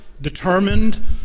determined